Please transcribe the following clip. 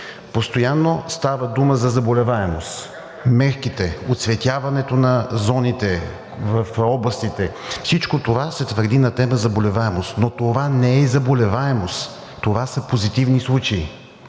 Постоянно става дума за заболеваемост – мерките, оцветяването на зоните в областите, всичко това се твърди на тема заболеваемост. Но това не е заболеваемост, това са позитивни случаи.